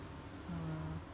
uh